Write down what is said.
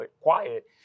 quiet